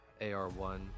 AR1